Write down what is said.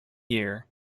year